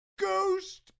Ghost